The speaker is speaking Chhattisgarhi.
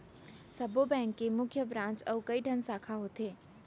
सब्बो बेंक के मुख्य ब्रांच अउ कइठन साखा होथे